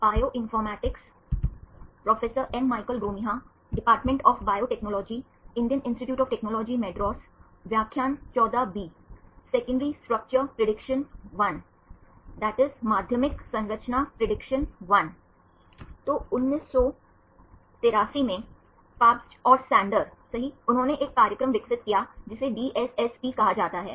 तो 1983 में काबस्च और सैंडर सही उन्होंने एक कार्यक्रम विकसित किया जिसे DSSP कहा जाता है